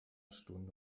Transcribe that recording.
stunde